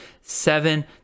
seven